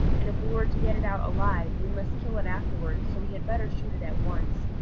and if we were to get it out alive, we must kill it after ward, so we had better shoot it at once.